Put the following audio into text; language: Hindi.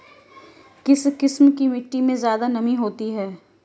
किस किस्म की मिटटी में ज़्यादा नमी होती है?